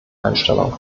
einstellung